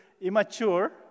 immature